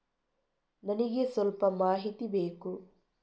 ನನಿಗೆ ಸ್ವಲ್ಪ ಮಾಹಿತಿ ಬೇಕು